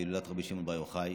בהילולת רבי שמעון בר יוחאי.